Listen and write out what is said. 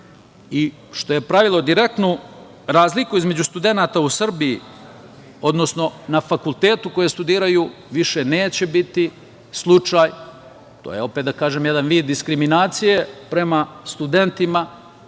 što je pravilo direktnu razliku između studenata u Srbiji, odnosno na fakultetu koji studiraju više neće biti slučaj, to je opet, da kažem, jedan vid diskriminacije prema studentima,